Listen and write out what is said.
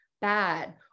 bad